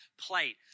plate